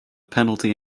penalty